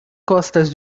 costas